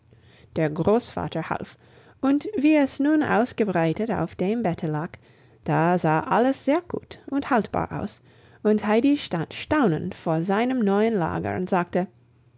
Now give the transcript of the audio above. der großvater half und wie es nun ausgebreitet auf dem bette lag da sah alles sehr gut und haltbar aus und heidi stand staunend vor seinem neuen lager und sagte